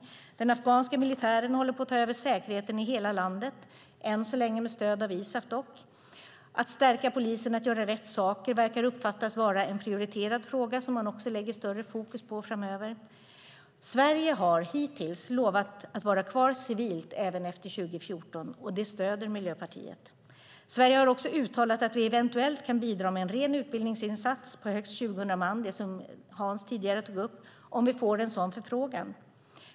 Den afghanska militären håller på att ta över säkerheten i hela landet - än så länge med stöd av ISAF dock. Att stärka polisen att göra rätt saker verkar uppfattas vara en fråga som man lägger större fokus på framöver. Sverige har hittills lovat att vara kvar civilt även efter 2014, och det stöder Miljöpartiet. Sverige har också uttalat att vi eventuellt kan bidra med en ren utbildningsinsats på högst 200 man, som Hans tidigare tog upp, om vi får en sådan förfrågan.